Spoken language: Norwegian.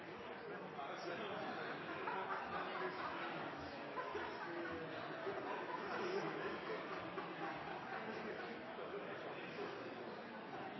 President!